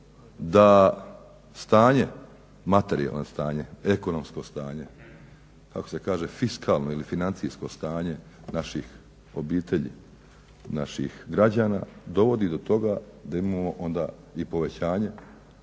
da stanje materijalno, ekonomsko stanje, kako se kaže fiskalno ili financijsko stanje naših obitelji, naših građana dovodi do toga da imamo onda i povećanje